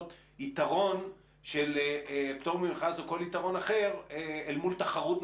יתרון של פטור ממכרז או כל יתרון אחר אל מול תחרות,